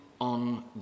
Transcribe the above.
on